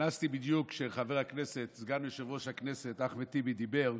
נכנסתי בדיוק כשסגן יושב-ראש הכנסת חבר הכנסת אחמד טיבי דיבר,